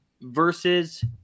versus